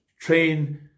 train